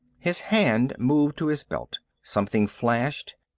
his hand moved to his belt. something flashed,